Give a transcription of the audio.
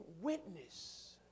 witness